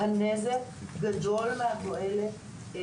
הנזק גדול מהתועלת.